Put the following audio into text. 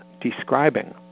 describing